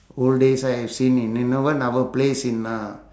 old days I have seen in in even in our place in uh